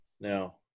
Now